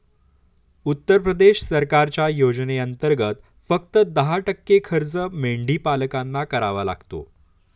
उत्तर प्रदेश सरकारच्या योजनेंतर्गत, फक्त दहा टक्के खर्च मेंढीपालकांना करावा लागतो